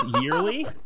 yearly